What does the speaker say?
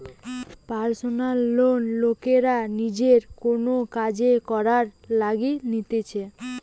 personal loan লোকরা নিজের কোন কাজ করবার লিগে নিতেছে